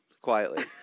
Quietly